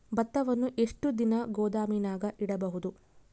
ಭತ್ತವನ್ನು ಎಷ್ಟು ದಿನ ಗೋದಾಮಿನಾಗ ಇಡಬಹುದು?